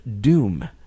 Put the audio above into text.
Doom